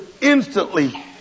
instantly